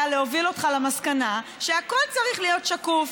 להוביל אותך למסקנה שהכול צריך להיות שקוף.